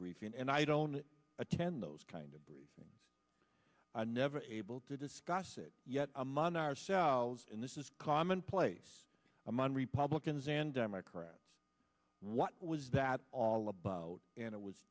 briefing and i don't attend those kind of briefings i never able to discuss it yet among ourselves and this is commonplace among republicans and democrats what was that all about and it was